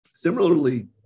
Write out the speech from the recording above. Similarly